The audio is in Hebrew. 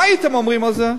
מה הייתם אומרים על זה?